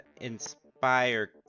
Inspire